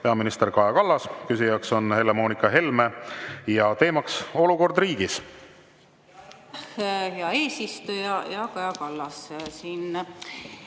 peaminister Kaja Kallas, küsija on Helle-Moonika Helme ja teema on olukord riigis. Hea eesistuja! Hea Kaja Kallas!